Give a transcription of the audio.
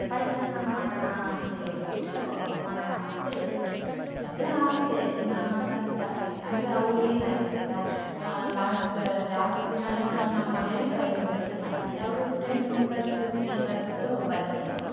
ಪಾಯ್ಸ ಮಾಡೋಣ ಅಂತ ಹೇಳಿಬಿಟ್ಟು ಮಾಡೋಣ ಅಂತ ಇಟ್ಬಿಟ್ಟೆ ಸಕ್ಕರೆ ಹಾಕಿದ್ದೆ ದಿನ ಹಾಕೋಂಥ ಹಾಕಿದ್ದೆ ಅಂದರೆ ಅವರು ಏನಾಯಿತು ಗೊತ್ತಾ ಲಾಸ್ಟ್ ಜಾಸ್ತಿ ನಾನು ನಮ್ಮಮನೆಲ್ಲಿ ಫೈವ್ ಮೆಂಬರ್ಸಿಗೆ ಮಾಡ್ತಿದ್ದೆ ಅವರು ಟೆನ್ ಮೆಂಬರ್ಸ್ ಫಿಫ್ಟೀನ್ ಮೆಂಬರ್ಸ್ ಬಂದುಬಿಟ್ರು